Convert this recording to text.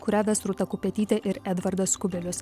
kurią ves rūta kupetytė ir edvardas kubilius